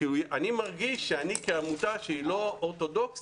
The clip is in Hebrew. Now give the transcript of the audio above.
אני מרגיש שאני כעמותה שהיא לא אורתודוכסית,